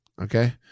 Okay